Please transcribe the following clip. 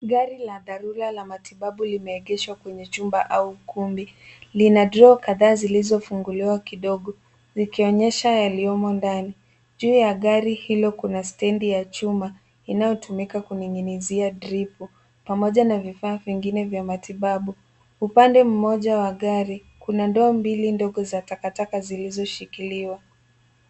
Gari la dharura la matibabu limeegeshwa kwenye jumba au ukumbi. Lina droo kadhaa zilizofunguliwa kidogo zikionyesha yaliyomo ndani. Juu ya gari hilo kuna stendi ya chuma inayotumika kuning'inizia drip pamoja na vifaa vingine vya matibabu. Upande mmoja wa gari kuna ndoo mbili za takataka zilizoshikiliwa.